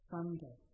Sunday